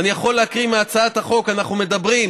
ואני יכול להקריא מהצעת החוק: אנחנו אומרים